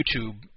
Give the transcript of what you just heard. YouTube